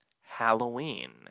Halloween